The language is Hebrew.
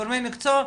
ומגורמי מקצוע,